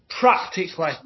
practically